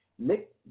Nick